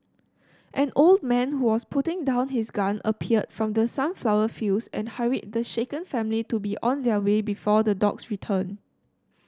an old man who was putting down his gun appeared from the sunflower fields and hurried the shaken family to be on their way before the dogs return